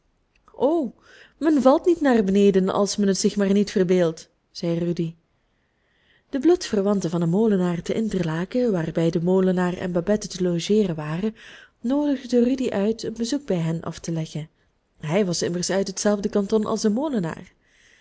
o men valt niet naar beneden als men het zich maar niet verbeeldt zei rudy de bloedverwanten van den molenaar te interlaken waarbij de molenaar en babette te logeeren waren noodigden rudy uit een bezoek bij hen af te leggen hij was immers uit hetzelfde kanton als de molenaar